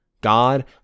God